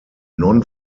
non